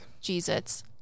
jesus